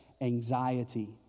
anxiety